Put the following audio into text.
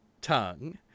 tongue